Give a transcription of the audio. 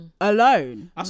alone